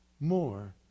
more